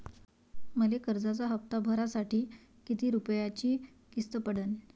मले कर्जाचा हप्ता भरासाठी किती रूपयाची किस्त पडन?